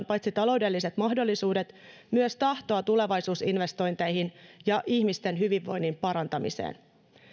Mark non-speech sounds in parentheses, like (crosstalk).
(unintelligible) paitsi taloudelliset mahdollisuudet myös tahtoa tulevaisuusinvestointeihin ja ihmisten hyvinvoinnin parantamiseen